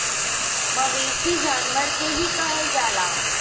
मवेसी जानवर के ही कहल जाला